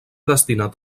destinat